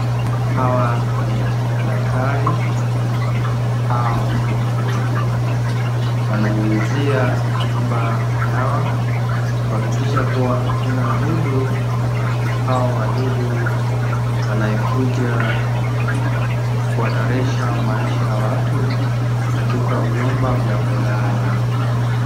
Hawa ni madaktari au fundi, wananyunyuzia nyumba dawa kuhakikisha kuwa hakuna dudu au wadudu wanaokuja kuhatarisha maisha ya watu katika vyumba vya kulala.